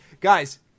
guys